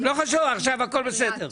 לתמוך בסדר, לא חשוב עכשיו הכל בסדר.